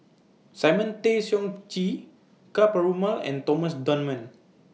Simon Tay Seong Chee Ka Perumal and Thomas Dunman